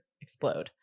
explode